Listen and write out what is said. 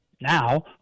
now